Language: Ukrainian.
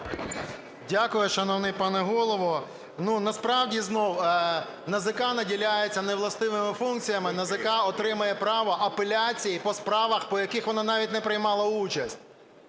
Дякую, шановний пане Голово. Насправді знову НАЗК наділяється невластивими функціями: НАЗК отримує право апеляції по справах, по яких вона навіть не приймала участь.